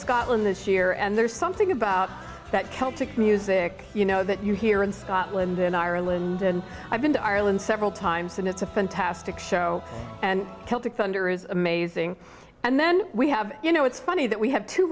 scotland this year and there's something about that celtic music you know that you hear in scotland and ireland and i've been to ireland several times and it's a fantastic show and celtic thunder is amazing and then we have you know it's funny that we have to